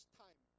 time